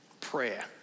prayer